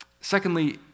Secondly